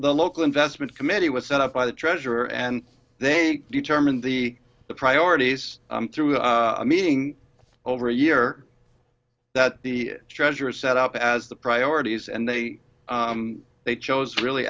the local investment committee was set up by the treasurer and they determine the priorities through a meeting over a year that the treasurer set up as the priorities and they they chose really